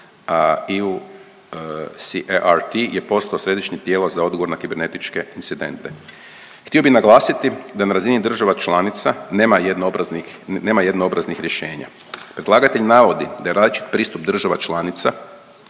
a EUCERT je posto središnje tijelo za odgovor na kibernetičke incidente. Htio bi naglasiti da na razini država članica nema jednoobraznih rješenja. predlagatelj navodi da je različit pristup država članica